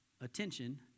attention